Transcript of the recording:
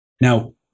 Now